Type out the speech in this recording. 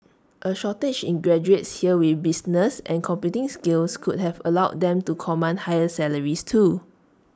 A shortage in graduates here with business and computing skills could have allowed them to command higher salaries too